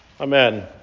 amen